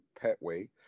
Petway